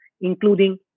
including